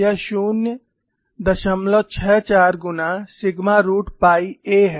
यह 064 गुना sigma root pi a है